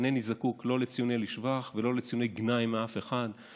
אינני זקוק לא לציונים לשבח ולא לציוני גנאי מאף אחד.